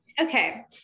Okay